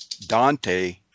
Dante